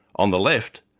on the left,